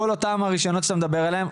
אז כל אותם הרישיונות שאתה מדבר עליהם,